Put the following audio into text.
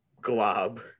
glob